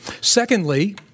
Secondly